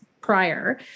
prior